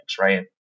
right